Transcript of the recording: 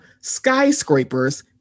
skyscrapers